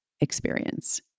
experience